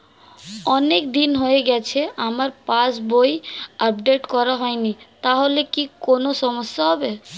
অনেকদিন হয়ে গেছে আমার পাস বই আপডেট করা হয়নি তাহলে কি কোন সমস্যা হবে?